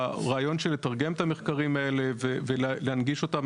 שהרעיון של לתרגם את המחקרים האלה ולהנגיש אותם